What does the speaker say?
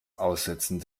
aussitzen